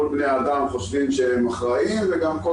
כל בני האדם חושבים שהם אחראים וגם כל